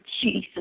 Jesus